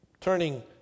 turning